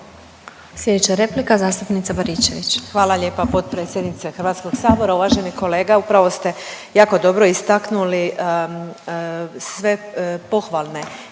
Hvala.